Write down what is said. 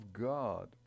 God